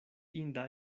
inda